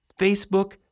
Facebook